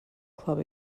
club